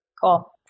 Cool